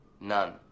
None